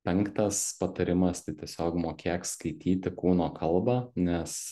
penktas patarimas tai tiesiog mokėk skaityti kūno kalbą nes